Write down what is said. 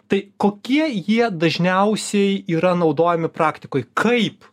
tai kokie jie dažniausiai yra naudojami praktikoj kaip